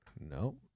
No